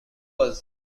was